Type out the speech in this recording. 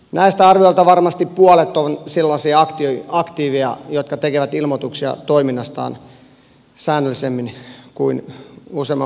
näistä arviolta varmasti puolet on sellaisia aktiiveja jotka tekevät ilmoituksia toiminnastaan säännöllisemmin kuin useamman vuoden välein